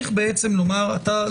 הם